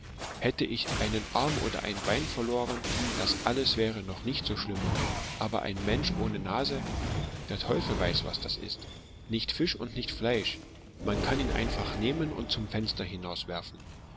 hätte ich einen arm oder ein bein verloren das alles wäre noch nicht so schlimm aber ein mensch ohne nase der teufel weiß was das ist nicht fisch und nicht fleisch man kann ihn einfach nehmen und zum fenster